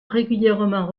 régulièrement